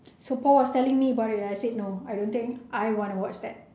so paul was telling me about it I said no I don't think I want to watch that